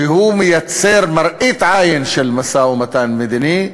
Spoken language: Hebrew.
שמייצר מראית עין של משא-ומתן מדיני,